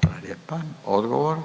**Radin, Furio